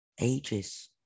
ages